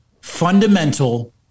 fundamental